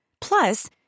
Plus